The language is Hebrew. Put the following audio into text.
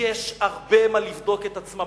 יש הרבה מה לבדוק את עצמן.